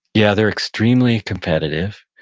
yeah, they're extremely competitive.